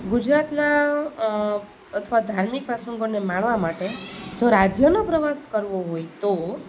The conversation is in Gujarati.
ગુજરાતનાં અથવા ધાર્મિક પ્રસંગોને માણવા માટે જો રાજ્યોનો પ્રવાસ કરવો હોય તો